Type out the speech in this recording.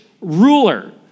ruler